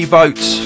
votes